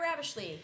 Ravishly